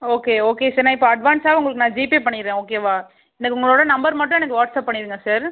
okay okay sir நான் இப்போ அட்வான்ஸாக உங்களுக்கு நான் ஜிபே பண்ணிவிடுறேன் ஓகேவா எனக்கு உங்களோட நம்பர் மட்டும் எனக்கு வாட்ஸ்அப் பண்ணிவிடுங்க சார்